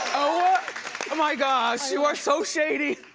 oh my gosh, you are so shady.